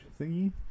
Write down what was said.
thingy